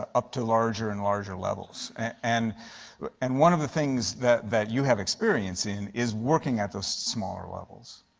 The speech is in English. ah up to larger and larger levels. and and one of the things that that you have experience in is working at those smaller levels.